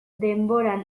denborak